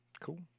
Cool